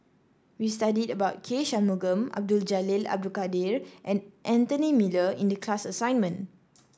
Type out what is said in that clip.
we studied about K Shanmugam Abdul Jalil Abdul Kadir and Anthony Miller in the class assignment